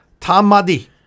Tamadi